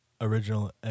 original